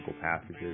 passages